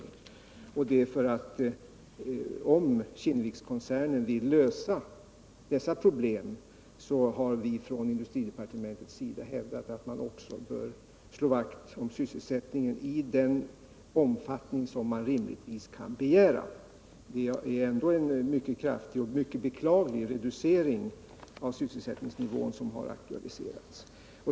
Vi har inom industridepartementet hävdat att om Kinnevikskoncernen vill lösa dessa problem bör koncernen också slå vakt om sysselsättningen i den omfattning som rimligtvis kan begäras. Det är ändå en mycket kraftig och mycket beklaglig reducering av sysselsättningsnivån som har aktualiserats.